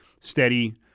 steady